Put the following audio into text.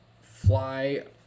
fly